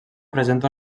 presenta